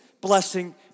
blessing